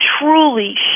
truly